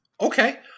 Okay